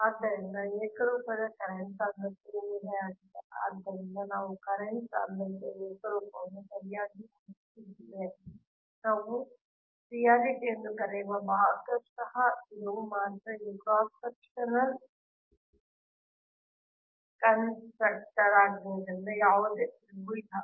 ಆದ್ದರಿಂದ ಏಕರೂಪದ ಕರೆಂಟ್ ಸಾಂದ್ರತೆಯ ಊಹೆಯಾಗಿದೆ ಆದ್ದರಿಂದ ನಾವು ಕರೆಂಟ್ ಸಾಂದ್ರತೆಯ ಏಕರೂಪವನ್ನು ಸರಿಯಾಗಿ ಊಹಿಸಿದ್ದೇವೆ ನಾವು ರಿಯಾಲಿಟಿ ಎಂದು ಕರೆಯುವ ಭಾಗಶಃ ತಿರುವು ಮಾತ್ರ ಇದು ಕ್ರಾಸ್ ಸೆಕ್ಷನಲ್ ಕನ್ಸ್ಟ್ರಕ್ಟರ್ ಆಗಿರುವುದರಿಂದ ಯಾವುದೇ ತಿರುವು ಇಲ್ಲ